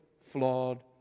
flawed